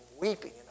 weeping